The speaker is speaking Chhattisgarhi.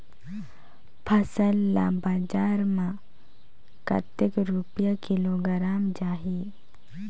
फसल ला बजार मां कतेक रुपिया किलोग्राम जाही?